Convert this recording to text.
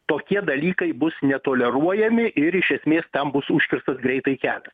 tokie dalykai bus netoleruojami ir iš esmės ten bus užkirstas greitai kelias